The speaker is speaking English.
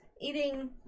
eating